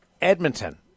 edmonton